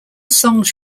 songs